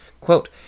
quote